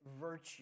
virtue